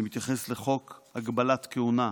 אני מתייחס לחוק הגבלת כהונה,